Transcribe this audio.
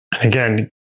Again